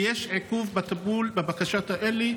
ויש עיכוב בטיפול בבקשות האלה.